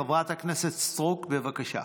חברת הכנסת סטרוק, בבקשה.